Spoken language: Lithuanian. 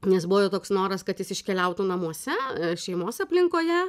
nes buvo jo toks noras kad jis iškeliautų namuose šeimos aplinkoje